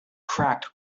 cracked